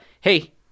hey